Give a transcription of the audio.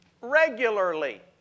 Regularly